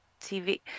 TV